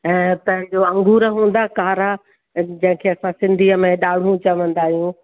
ऐं पंहिंजो अंगूर हूंदा कारा जंहिंखें असां सिंधीअ में ॾांढ़ूं चवंदा आहियूं